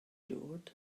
dod